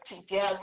together